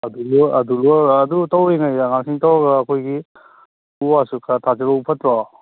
ꯑꯗꯨ ꯑꯗꯨ ꯂꯣꯏꯔꯒ ꯑꯗꯨ ꯇꯧꯔꯤꯉꯩꯗ ꯉꯥꯛꯇꯪ ꯇꯧꯔꯒ ꯑꯩꯈꯣꯏꯒꯤ ꯎ ꯋꯥꯁꯨ ꯈꯔ ꯊꯥꯖꯜꯍꯧ ꯐꯠꯇ꯭ꯔꯣ